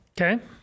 Okay